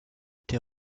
été